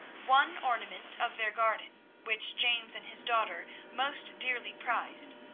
one ornament of their garden, which james and his daughter most dearly prized,